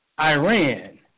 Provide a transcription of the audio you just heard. Iran